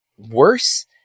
worse